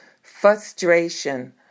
frustration